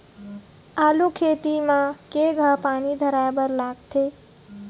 आलू खेती म केघा पानी धराए बर लागथे?